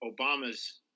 Obama's